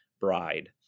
bride